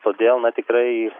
todėl na tikrai